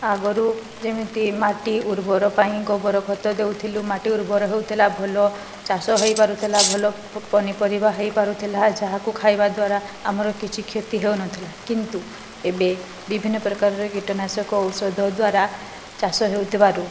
ଆଗରୁ ଯେମିତି ମାଟି ଉର୍ବର ପାଇଁ ଗୋବର ଖତ ଦେଉଥିଲୁ ମାଟି ଉର୍ବର ହେଉଥିଲା ଭଲ ଚାଷ ହେଇପାରୁଥିଲା ଭଲ ପନିପରିବା ହେଇପାରୁଥିଲା ଯାହାକୁ ଖାଇବା ଦ୍ୱାରା ଆମର କିଛି କ୍ଷତି ହେଉନଥିଲା କିନ୍ତୁ ଏବେ ବିଭିନ୍ନ ପ୍ରକାରର କୀଟନାଶକ ଔଷଧ ଦ୍ୱାରା ଚାଷ ହେଉଥିବାରୁ